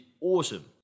awesome